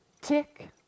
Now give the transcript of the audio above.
tick